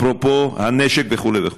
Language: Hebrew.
אפרופו הנשק וכו' וכו'.